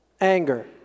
anger